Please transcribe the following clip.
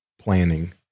planning